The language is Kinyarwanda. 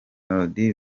melodie